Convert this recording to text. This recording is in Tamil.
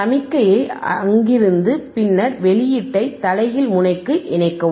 சமிக்ஞையை அங்கீகரித்து பின்னர் வெளியீட்டை தலைகீழ் முனைக்கு இணைக்கவும்